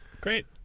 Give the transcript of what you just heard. Great